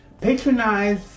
Patronize